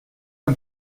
ein